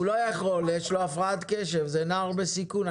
הוא לא יכול, יש לו הפרעת קשב, זה נער בסיכון.